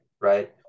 right